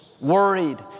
worried